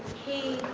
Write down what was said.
he